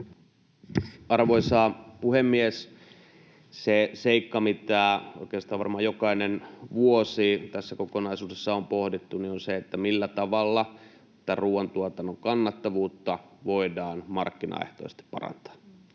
Arvoisa puhemies! Se seikka, mitä oikeastaan varmaan jokainen vuosi tässä kokonaisuudessa on pohdittu, on se, millä tavalla tätä ruoantuotannon kannattavuutta voidaan markkinaehtoisesti parantaa.